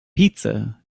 pizza